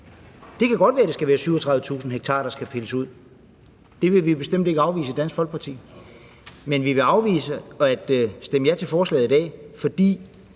Det kan godt være, det skal være 37.000 ha, der skal pilles ud, det vil vi bestemt ikke afvise i Dansk Folkeparti, men vi vil afvise at stemme ja til forslaget i dag, fordi